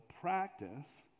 practice